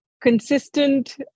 Consistent